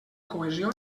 cohesió